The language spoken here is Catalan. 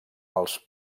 els